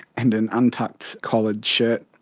and an untucked collared shirt.